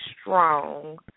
strong